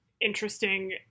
interesting